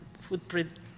footprint